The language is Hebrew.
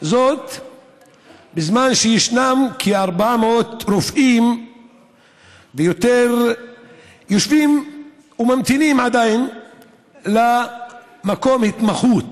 בזמן שישנם כ-400 רופאים ויותר היושבים וממתינים עדיין למקום התמחות,